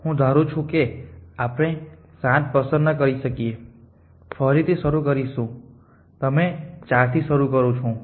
હું ધારું છું કે આપણે 7 પસંદ ન કરી શકીએ ફરીથી શરૂ કરીશું તમે ૪ થી શરૂ કરું છું